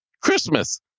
Christmas